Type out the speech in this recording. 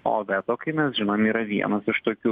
o veto kai mes žinom yra vienas iš tokių